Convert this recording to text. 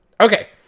okay